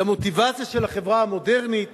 למוטיבציה של החברה המודרנית